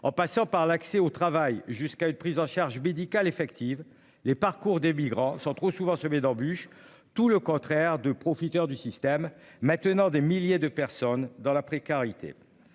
en passant par l'accès au travail jusqu'à une prise en charge médicale effective. Les parcours des migrants sont trop souvent semé d'embûches. Tout le contraire de profiteurs du système maintenant des milliers de personnes dans la précarité.